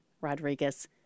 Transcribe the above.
Rodriguez